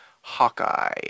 Hawkeye